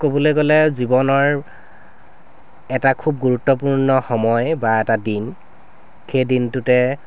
ক'বলৈ গ'লে জীৱনৰ এটা খুব গুৰুত্বপূৰ্ণ সময় বা এটা দিন সেই দিনটোতে